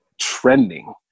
trending